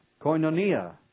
koinonia